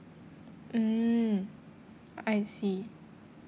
mm I see